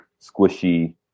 squishy